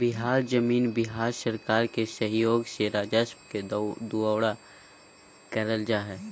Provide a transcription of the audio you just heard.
बिहार जमीन बिहार सरकार के सहइोग से राजस्व के दुऔरा करल जा हइ